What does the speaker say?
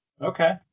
Okay